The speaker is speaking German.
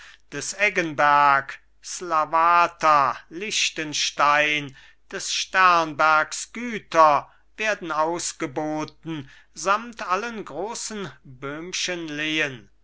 des eggenberg slawata lichtenstein des sternbergs güter werden ausgeboten samt allen großen böhmschen lehen